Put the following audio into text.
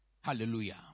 Hallelujah